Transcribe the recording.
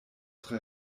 tre